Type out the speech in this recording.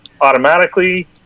automatically